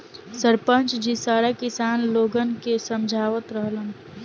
सरपंच जी सारा किसान लोगन के समझावत रहलन